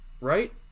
right